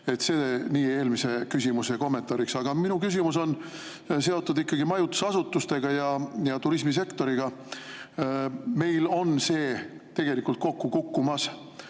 – see on eelmise küsimuse kommentaariks. Aga minu küsimus on seotud majutusasutustega ja turismisektoriga. Meil on see [sektor] tegelikult kokku kukkumas,